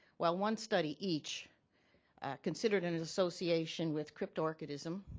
while one study each considered and an association with cryptorchidism,